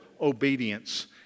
obedience